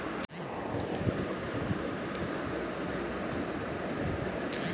collagen protein পরিবারের গুরুত্বপূর্ণ কাজ হলো শরীরের বিভিন্ন কলার কাঠামোকে মজবুত করা